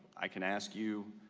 i can ask you